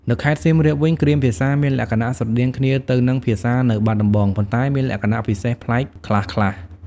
នៅខេត្តសៀមរាបវិញ គ្រាមភាសាមានលក្ខណៈស្រដៀងគ្នាទៅនឹងភាសានៅបាត់ដំបង ប៉ុន្តែមានលក្ខណៈពិសេសប្លែកខ្លះៗ។